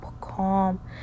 calm